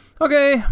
okay